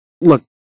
look